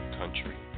country